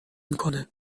میکنه